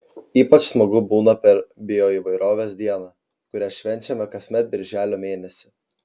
ypač smagu būna per bioįvairovės dieną kurią švenčiame kasmet birželio mėnesį